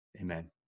Amen